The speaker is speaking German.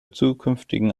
zukünftigen